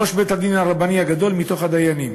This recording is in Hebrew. ראש בית-הדין הרבני הגדול מתוך הדיינים.